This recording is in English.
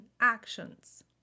actions